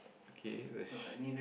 okay